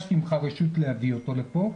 ביקשתי ממך רשות להביא אותו לפה,